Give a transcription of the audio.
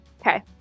Okay